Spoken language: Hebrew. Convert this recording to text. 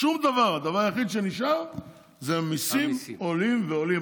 הדבר היחיד שנשאר זה שהמיסים עולים ועולים,